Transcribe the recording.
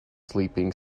sleeping